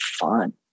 fun